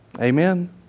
Amen